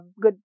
good